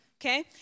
okay